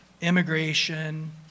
Immigration